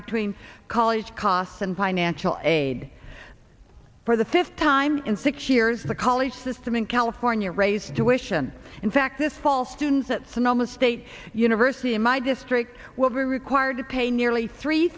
between college costs and financial aid for the fifth time in six years the college system in california raised jewish and in fact this fall students at sonoma state university in my district will be required to pay nearly three